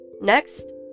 Next